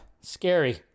scary